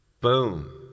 Boom